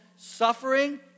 suffering